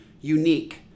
unique